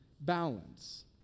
balance